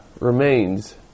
remains